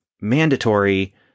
mandatory